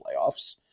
playoffs